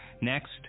Next